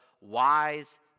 wise